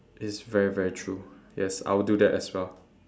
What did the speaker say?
it's very very true yes I'll do that as well